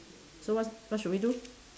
so what what should we do